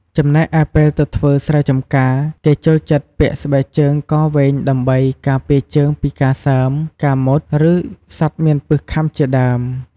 ចំណែកឯពេលទៅធ្វើស្រែចំការគេចូលចិត្តពាក់ស្បែកជើងកវែងដើម្បី ការពារជើងពីការសើម ការមុត ឬ សត្វមានពិសខាំជាដើម។